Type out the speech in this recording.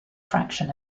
fraction